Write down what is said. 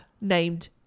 named